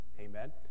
Amen